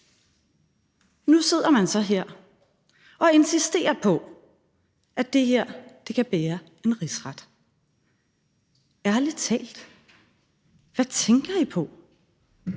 Nu sidder man så her og insisterer på, at det her kan bære en rigsret. Ærlig talt, hvad tænker I på?